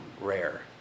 rare